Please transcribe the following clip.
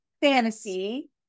fantasy